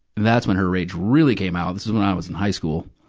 that's when her rage really came out. this was when i was in high school.